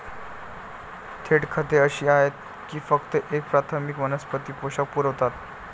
थेट खते अशी आहेत जी फक्त एक प्राथमिक वनस्पती पोषक पुरवतात